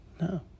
No